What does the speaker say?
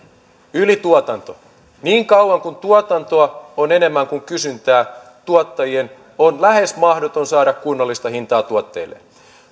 ylituotanto niin kauan kuin tuotantoa on enemmän kuin kysyntää tuottajien on lähes mahdoton saada kunnollista hintaa tuotteilleen